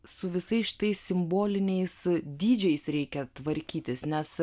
su visais štais simboliniais dydžiais reikia tvarkytis nes